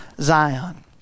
Zion